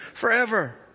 forever